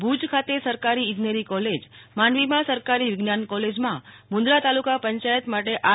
ભુજ ખાતે સરકારી ઈજનેરી કોલેજ માંડવીમાં સરકારી વિજ્ઞાન કોલેજમાં મુન્દ્રા તાલુકા પંચાયત માટે આર